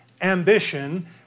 ambition